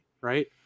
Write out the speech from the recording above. right